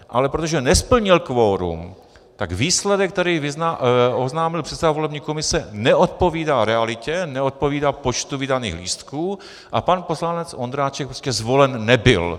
Ale protože nesplnil kvorum, tak výsledek, který oznámil předseda volební komise, neodpovídá realitě, neodpovídá počtu vydaných lístků, a pan poslanec Ondráček prostě zvolen nebyl.